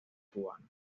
cubana